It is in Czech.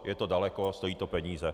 Je to daleko, stojí to peníze.